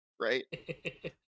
right